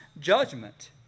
judgment